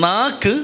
Nak